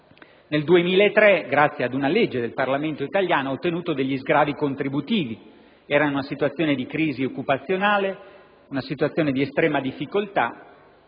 nel 2003, grazie ad una legge del Parlamento italiano, ha ottenuto degli sgravi contributivi; era infatti in una situazione di crisi occupazionale e di estrema difficoltà: